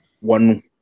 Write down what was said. one